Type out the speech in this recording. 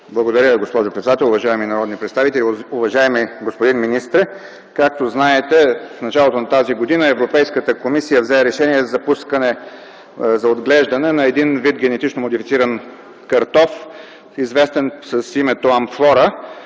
Благодаря, госпожо председател. Уважаеми народни представители, уважаеми господин министър! Както знаете, в началото на тази година Европейската комисия взе решение за пускане за отглеждане на един вид генетично модифициран картоф, известен с името „Амфлора”.